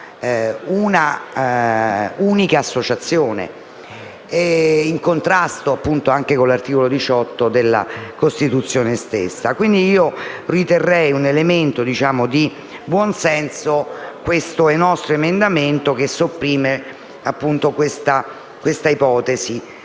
un’unica associazione, in contrasto anche con l’articolo 18 della Costituzione. Quindi, riterrei un elemento di buon senso il nostro emendamento che sopprime tale ipotesi.